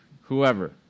whoever